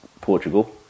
Portugal